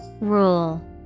Rule